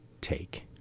take